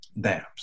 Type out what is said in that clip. dams